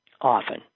often